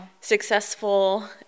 successful